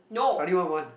I only want one